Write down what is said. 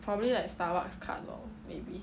probably like starbucks card lor maybe